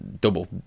double